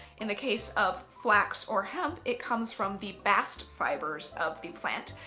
in the case of flax or hemp, it comes from the bast fibres of the plant.